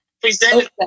presented